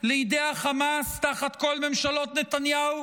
לידי החמאס תחת כל ממשלות נתניהו,